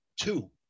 Two